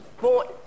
born